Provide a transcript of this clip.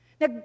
Now